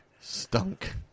Stunk